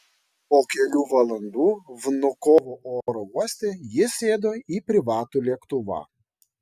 po kelių valandų vnukovo oro uoste jis sėdo į privatų lėktuvą